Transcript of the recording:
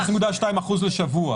0.2% בשבוע